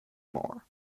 more